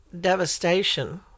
devastation